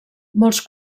molts